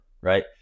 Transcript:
right